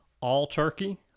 all-turkey